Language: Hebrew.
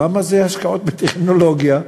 למה זה השקעות בטכנולוגיה?